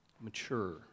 mature